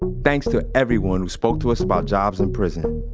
thanks to everyone who spoke to us about jobs in prison.